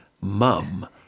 mum